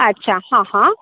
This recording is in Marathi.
अच्छा हां हां